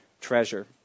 treasure